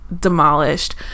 demolished